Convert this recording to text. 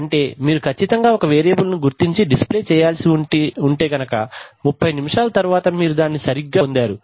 అంటే మీరు ఖచ్చితంగా ఒక వేరియబుల్ ను గుర్తించి డిస్ప్లే చేయాల్సి ఉంటే 30 నిముషాల తరువాత మీరు దానిని సరిగ్గా పొందారు